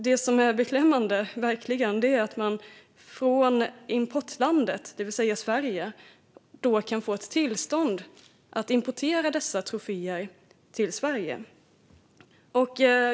Det som verkligen är beklämmande är att man från importlandet, det vill säga Sverige, kan få ett tillstånd att importera troféerna hit.